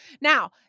Now